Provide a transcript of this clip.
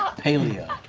ah paleo.